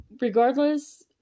regardless